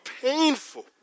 painful